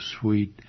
sweet